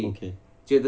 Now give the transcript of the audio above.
okay